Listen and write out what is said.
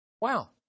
Wow